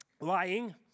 lying